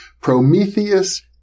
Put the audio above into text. Prometheus